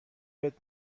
بهت